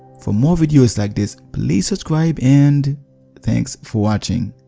for more videos like this, please subscribe and thanks for watching!